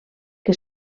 que